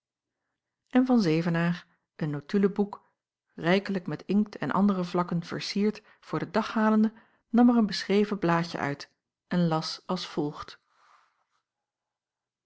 en van zevenaer een notulen boek rijkelijk met inkt en andere vlakken vercierd voor den dag halende nam er een beschreven blaadje uit en las als volgt